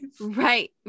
Right